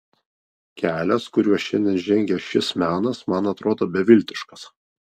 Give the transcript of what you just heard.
kelias kuriuo šiandien žengia šis menas man atrodo beviltiškas